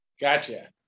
Gotcha